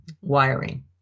wiring